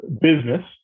business